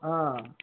ఆ